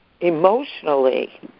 emotionally